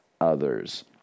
others